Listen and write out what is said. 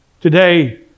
today